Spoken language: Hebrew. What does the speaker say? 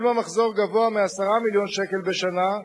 אם המחזור גבוה מ-10 מיליון שקל בשנה,